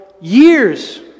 years